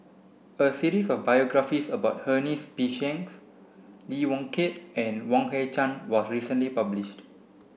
a series of biographies about Ernest P Shanks Lee Yong Kiat and Yan Hui Chang was recently published